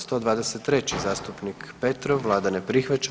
123. zastupnik Petrov, vlada ne prihvaća.